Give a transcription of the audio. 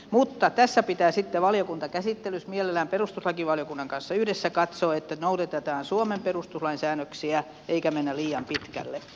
mutta tässä pitää sitten valiokuntakäsittelyssä mielellään perustuslakivaliokunnan kanssa yhdessä katsoa että noudatetaan suomen perustuslain säännöksiä eikä mennä liian pitkälle